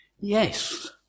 yes